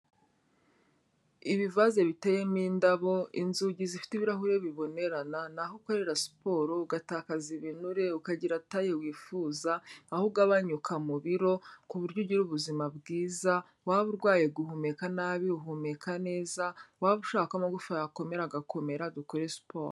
Ibivaze biteyemo indabo, inzugi zifite ibirahure bibonerana, ni aho ukorera siporo, ugatakaza ibinure, ukagira taye wifuza aho ugabanyuka mu biro ku buryo ugira ubuzima bwiza, waba urwaye guhumeka nabi uhumeka neza waba ushaka ko amagufa yawe yakomera agakomera, dukore siporo.